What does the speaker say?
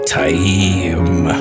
time